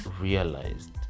realized